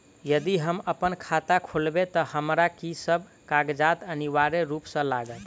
यदि हम अप्पन खाता खोलेबै तऽ हमरा की सब कागजात अनिवार्य रूप सँ लागत?